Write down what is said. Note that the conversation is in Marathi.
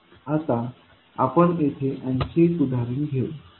आता आपण येथे आणखी एक उदाहरण घेऊ